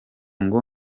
ngo